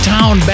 Town